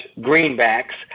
greenbacks